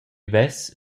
vess